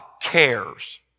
cares